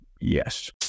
Yes